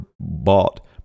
bought